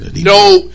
No